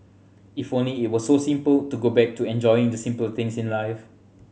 if only it were so simple to go back to enjoying the simple things in life